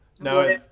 No